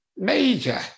Major